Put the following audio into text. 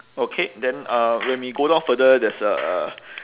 okay then uh when we go down further there's a